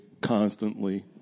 constantly